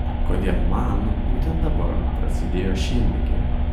kodėl man būtent dabar prasidėjo šienligė